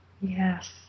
Yes